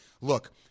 look